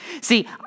See